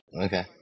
Okay